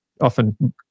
often